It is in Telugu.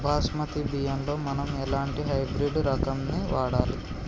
బాస్మతి బియ్యంలో మనం ఎలాంటి హైబ్రిడ్ రకం ని వాడాలి?